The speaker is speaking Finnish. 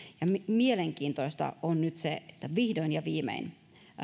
ja mielenkiintoista on nyt se että vihdoin ja viimein